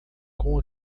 com